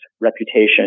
reputation